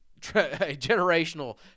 generational